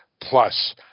Plus